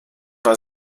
war